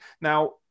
now